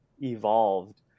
evolved